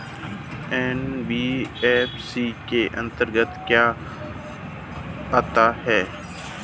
NBFC के अंतर्गत क्या आता है?